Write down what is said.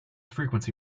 frequency